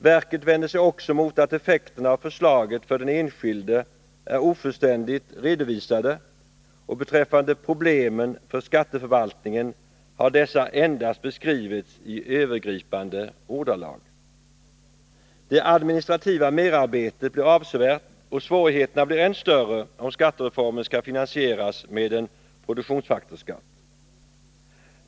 Verket vänder sig också mot att effekterna av förslaget för den enskilde är ofullständigt redovisade, och beträffande problemen för skatteförvaltningen anförs att dessa endast har beskrivits i övergripande ordalag. Det administrativa merarbetet blir avsevärt, och svårigheterna blir än större, om skattereformen skall finansieras med en produktionsfaktorsskatt.